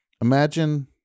Imagine